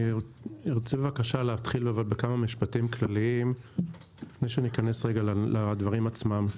אני רוצה בבקשה להתחיל בכמה משפטים כלליים לפני שניכנס רגע לדברים עצמם.